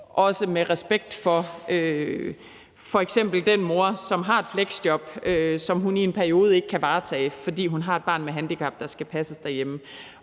også med respekt for f.eks. den mor, som har et fleksjob, som hun i en periode ikke kan varetage, fordi hun har et barn med handicap, der skal passes derhjemme,